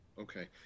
Okay